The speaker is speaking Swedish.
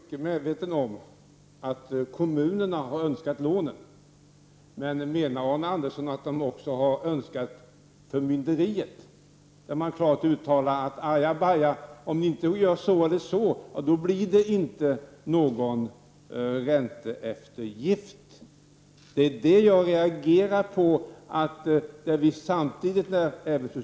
Herr talman! Jag är mycket väl medveten om att kommunerna har önskat sig lånen, men menar Arne Andersson i Gamleby att de också har önskat sig förmynderiet, som tar sig uttryck i klara uttalanden av innebörden: Ajabaja, om ni inte gör så eller så, blir det inte någon ränteeftergift. Vad jag reagerar mot är att man samtidigt som vi, inkl.